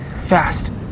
Fast